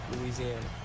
Louisiana